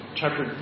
chapter